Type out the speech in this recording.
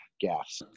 gas